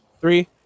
Three